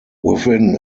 within